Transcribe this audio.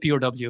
POW